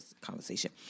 conversation